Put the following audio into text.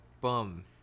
bum